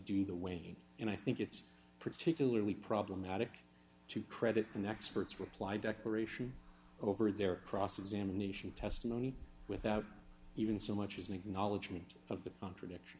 do the winning and i think it's particularly problematic to credit an expert's reply decoration over their cross examination testimony without even so much as an acknowledgement of the contradict